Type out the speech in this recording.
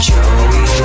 Joey